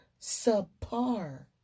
subpar